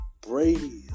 Brady